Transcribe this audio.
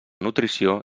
nutrició